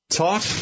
Talk